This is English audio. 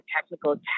technical